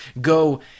Go